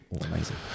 amazing